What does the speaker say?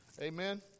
Amen